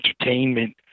entertainment